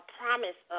promise